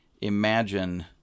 imagine